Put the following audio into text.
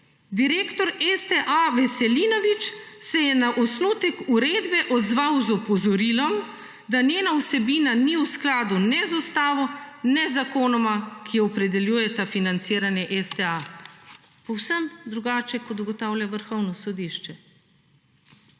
»direktor STA Veselinovič se je na osnutek uredbe odzval z opozorilom, da njena vsebina ni v skladu ne z ustavo ne z zakonoma, ki opredeljujeta financiranje STA«. Povsem drugače kot ugotavlja vrhovno sodišče.